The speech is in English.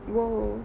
!wow!